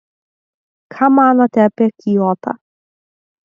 ką manote apie kiotą